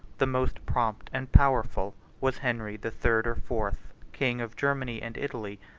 the most prompt and powerful was henry the third or fourth, king of germany and italy,